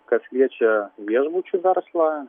kas liečia viešbučių verslą